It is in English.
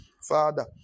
father